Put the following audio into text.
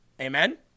Amen